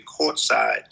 courtside